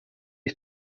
ich